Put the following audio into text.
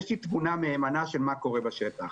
יש לי תמונה מהימנה של מה שקורה בשטח.